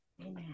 amen